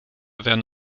werden